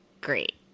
great